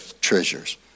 treasures